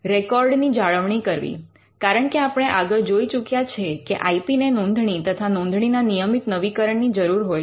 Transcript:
રેકોર્ડની જાળવણી કરવી કારણ કે આપણે આગળ જોઇ ચૂક્યા છીએ કે આઇ પી ને નોંધણી તથા નોંધણીના નિયમિત નવીનીકરણ ની જરૂર હોય છે